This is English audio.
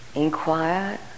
Inquire